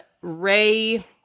ray